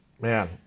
man